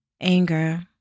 Anger